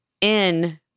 in-